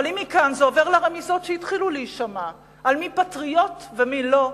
אבל אם מכאן זה עובר לרמיזות שהתחילו להישמע על מי פטריוט ומי לא,